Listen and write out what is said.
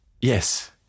Yes